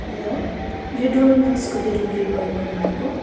hello यो डोमिनोसको delivery boy बोल्नु भएको